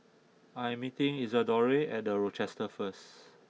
I am meeting Isadore at The Rochester first